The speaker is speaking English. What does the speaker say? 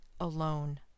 alone